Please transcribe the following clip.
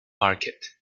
market